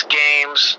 games